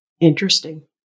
Interesting